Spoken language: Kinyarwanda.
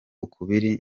ukubiri